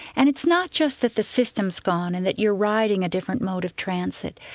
and it's not just that the system's gone, and that you're riding a different mode of transit,